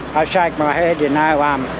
i shake my head, you know. um ah